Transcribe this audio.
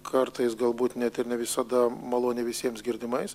kartais galbūt net ir ne visada malonią visiems girdimais